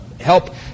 help